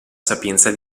sapienza